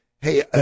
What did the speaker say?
hey